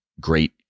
great